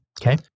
Okay